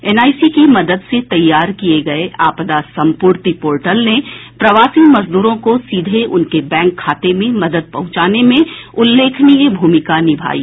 NIC की मदद से तैयार किये गये आपदा संपूर्ति पोर्टल ने प्रवासी मजदूरो को सीधे उनके बैंक खाते में मदद पहुंचाने में उत्लेखनीय भूमिका निभायी